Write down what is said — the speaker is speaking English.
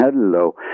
Hello